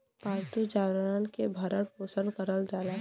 पालतू जानवरन के भरण पोसन करल जाला